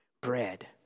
bread